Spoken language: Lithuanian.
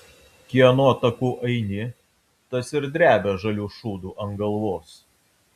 kieno taku eini tas ir drebia žaliu šūdu ant galvos